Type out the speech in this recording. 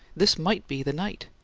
this might be the night!